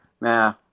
nah